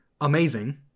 amazing